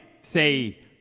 Say